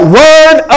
word